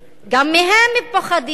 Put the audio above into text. גם מהן פוחדים, לא?